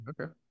Okay